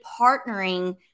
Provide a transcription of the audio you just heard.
partnering